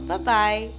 Bye-bye